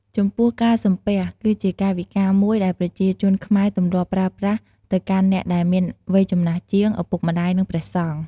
ចំពោះការសំពះ គឺជាកាយវិការមួយដែលប្រជាជនខ្មែរទម្លាប់ប្រើប្រាស់ទៅកាន់អ្នកដែលមានវ័យចំណាស់ជាង ឪពុកម្ដាយ និងព្រះសង្ឃ។